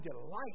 delight